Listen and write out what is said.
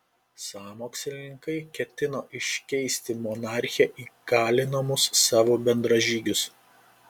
sąmokslininkai ketino iškeisti monarchę į kalinamus savo bendražygius